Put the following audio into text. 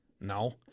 No